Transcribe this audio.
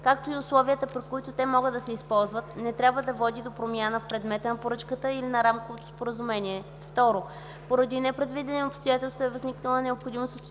както и условията, при които те могат да се използват, не трябва да води до промяна в предмета на поръчката или на рамковото споразумение; 2. поради непредвидени обстоятелства е възникнала необходимост